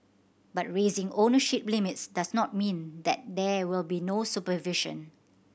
but raising ownership limits does not mean that there will be no supervision